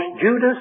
Judas